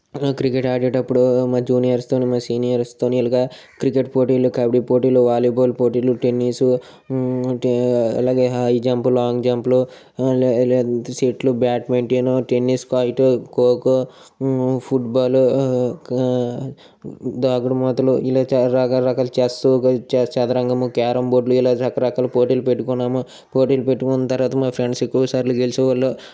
cricket ఆడేటప్పుడు మా juniors తోని మా సీనియర్స్ తోని ఇలాగా క్రికెట్ పోటీలు కబడ్డీ పోటీలు వాలీబాల్ పోటీలు టెన్నిసు అలాగే హై జంప్ లాంగ్ జంప్లు షటిల్ బ్యాడ్మింటన్ టెన్నిస్ కాయిటు కోకో ఫుట్బాలు దాగుడుమూతలు ఇలాగ చాలా రకాల రకాల చెస్సు చదరంగము క్యారంబోర్డ్లు ఇలాగ రకరకాల పోటీలు పెట్టుకున్నాము పోటీలు పెట్టుకున్న తర్వాత మా ఫ్రెండ్స్ ఎక్కువసార్లు గెలిచేవాళ్ళు